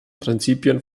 prinzipien